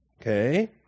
Okay